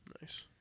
Nice